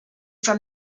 for